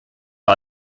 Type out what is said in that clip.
der